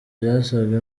byasabwe